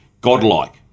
godlike